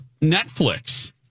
Netflix